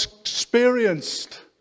experienced